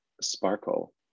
sparkle